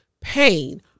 pain